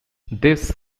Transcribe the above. this